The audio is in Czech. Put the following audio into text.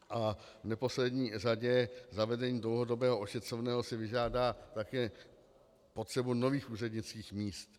A v neposlední řadě zavedení dlouhodobého ošetřovného si vyžádá také potřebu nových úřednických míst.